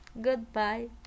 Goodbye